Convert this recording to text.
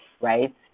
right